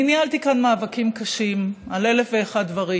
אני ניהלתי כאן מאבקים קשים על אלף ואחד דברים,